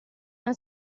una